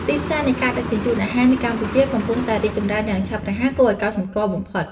ទីផ្សារនៃការដឹកជញ្ជូនអាហារនៅកម្ពុជាកំពុងតែរីកចម្រើនយ៉ាងឆាប់រហ័សគួរឱ្យកត់សម្គាល់បំផុត។